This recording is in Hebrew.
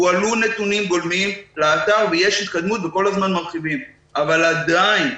הועלו נתונים גולמיים לאתר ויש התקדמות וכל הזמן מרחיבים אבל עדין,